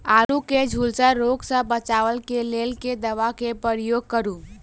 आलु केँ झुलसा रोग सऽ बचाब केँ लेल केँ दवा केँ प्रयोग करू?